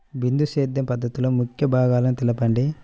బిందు సేద్య పద్ధతిలో ముఖ్య భాగాలను తెలుపండి?